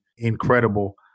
incredible